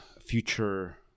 future